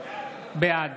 בעד